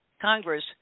Congress